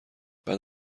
بعد